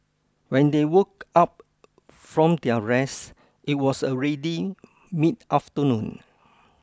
when they woke up from their rest it was already mid afternoon